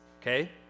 okay